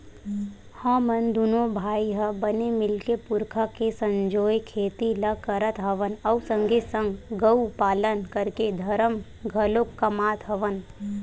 हमन दूनो भाई ह बने मिलके पुरखा के संजोए खेती ल करत हवन अउ संगे संग गउ पालन करके धरम घलोक कमात हवन